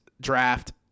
draft